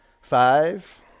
Five